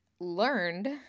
learned